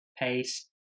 pace